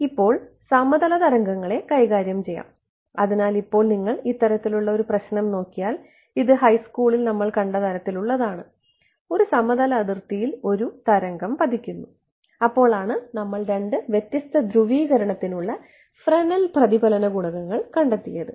ഇപ്പോൾ നമ്മൾ സമതല തരംഗങ്ങളെ കൈകാര്യം ചെയ്യും അതിനാൽ ഇപ്പോൾ നിങ്ങൾ ഇത്തരത്തിലുള്ള ഒരു പ്രശ്നം നോക്കിയാൽ ഇത് ഹൈസ്കൂളിൽ നമ്മൾ കണ്ട തരത്തിലുള്ളതാണ് ഒരു സമതല അതിർത്തിയിൽ ഒരു തരംഗം പതിക്കുന്നു അപ്പോൾ ആണ് നമ്മൾ രണ്ട് വ്യത്യസ്ത ധ്രുവീകരണത്തിനുള്ള ഫ്രെനൽ പ്രതിഫലന ഗുണകങ്ങൾ കണ്ടെത്തിയത്